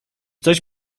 coś